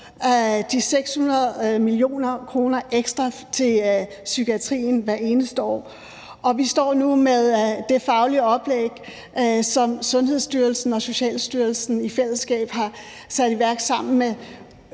de 600 mio. kr. ekstra til psykiatrien hvert eneste år. Og vi står nu med det faglige oplæg, som Sundhedsstyrelsen og Socialstyrelsen i fællesskab har sat i værk sammen med